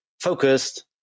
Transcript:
focused